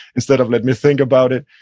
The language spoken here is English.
instead of, let me think about it,